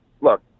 look